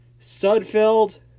Sudfeld